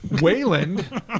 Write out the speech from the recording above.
Wayland